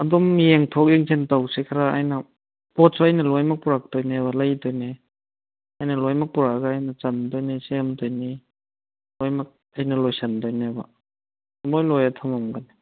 ꯑꯗꯨꯝ ꯌꯦꯡꯊꯣꯛ ꯌꯦꯡꯁꯤꯟ ꯇꯧꯁꯤ ꯈꯔ ꯑꯩꯅ ꯄꯣꯠꯁꯨ ꯑꯩꯅ ꯂꯣꯏꯃꯛ ꯄꯨꯔꯛꯇꯣꯏꯅꯦꯕ ꯂꯩꯗꯣꯏꯅꯦ ꯑꯩꯅ ꯂꯣꯏꯃꯛ ꯄꯨꯔꯛꯑꯒ ꯑꯩꯅ ꯆꯟꯗꯣꯏꯅꯦ ꯁꯦꯝꯗꯣꯏꯅꯤ ꯂꯣꯏꯃꯛ ꯑꯩꯅ ꯂꯣꯏꯁꯤꯟꯗꯣꯏꯅꯦꯕ ꯄꯨꯝꯂꯣꯏ ꯂꯣꯏꯔ ꯊꯝꯃꯝꯒꯅꯤ